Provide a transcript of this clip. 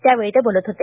त्यावेळी ते बोलत होते